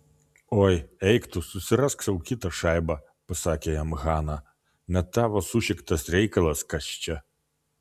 oi eik tu susirask sau kitą šaibą pasakė jam hana ne tavo sušiktas reikalas kas čia